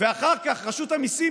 ואחר כך רשות המיסים,